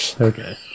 Okay